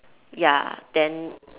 ya then